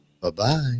Bye-bye